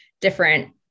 different